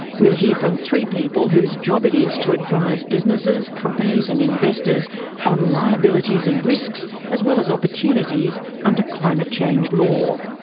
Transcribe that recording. we'll hear from three people whose job it is to advise businesses, companies and investors on liabilities and risks as well as opportunities under climate change law.